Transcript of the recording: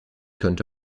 könnte